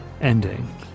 ending